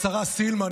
השרה סילמן,